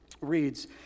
reads